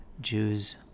Jews